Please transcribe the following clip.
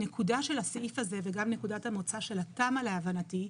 הנקודה של הסעיף הזה וגם נקודת המוצא של התמ"א להבנתי,